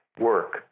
work